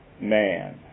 man